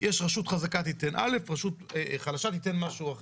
הרשות להתחדשות נמצאת איתנו?